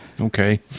Okay